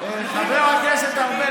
חבר הכנסת ארבל,